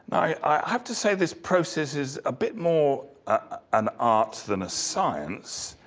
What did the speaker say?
i have to say, this process is a bit more an art than a science,